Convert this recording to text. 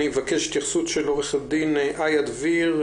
אני מבקש התייחסות של עורכת הדין איה דביר,